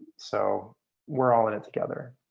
so we're all in it together.